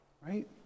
right